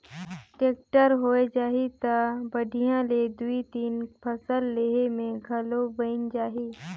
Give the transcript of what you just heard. tractor होए जाही त बड़िहा ले दुइ तीन फसल लेहे ले घलो बइन जाही